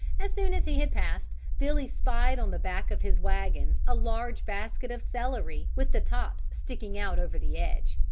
as soon as he had passed, billy spied on the back of his wagon a large basket of celery with the tops sticking out over the edge.